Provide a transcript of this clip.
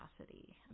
capacity